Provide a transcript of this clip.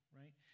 right